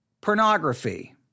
pornography